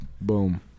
Boom